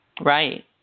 Right